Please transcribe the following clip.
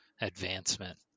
advancement